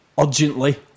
urgently